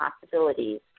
possibilities